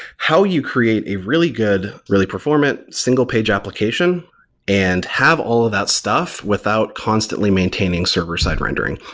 how you create a really good, really performant, single page application and have all of that stuff without constantly maintaining server-side rendering?